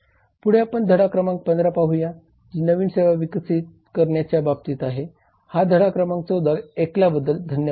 पुढे आपण धडा क्रमांक 15 पाहूया जी नवीन सेवा विकसित करण्याच्या बाबतीत आहे हा धडाक्रमांक 14 ऐकल्याबद्दल धन्यवाद